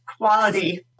quality